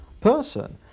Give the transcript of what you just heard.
person